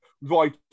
right